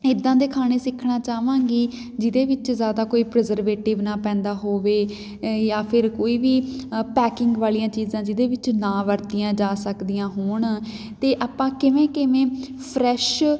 ਇੱਦਾਂ ਦੇ ਖਾਣੇ ਸਿੱਖਣਾ ਚਾਹਵਾਂਗੀ ਜਿਹਦੇ ਵਿੱਚ ਜ਼ਿਆਦਾ ਕੋਈ ਪ੍ਰਜਰਵੇਟਿਵ ਨਾ ਪੈਂਦਾ ਹੋਵੇ ਜਾਂ ਫਿਰ ਕੋਈ ਵੀ ਪੈਕਿੰਗ ਵਾਲੀਆਂ ਚੀਜ਼ਾਂ ਜਿਹਦੇ ਵਿੱਚ ਨਾ ਵਰਤੀਆਂ ਜਾ ਸਕਦੀਆਂ ਹੋਣ ਅਤੇ ਆਪਾਂ ਕਿਵੇਂ ਕਿਵੇਂ ਫਰੈਸ਼